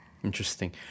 Interesting